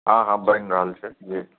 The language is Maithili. हँ हँ बनि रहल छै जी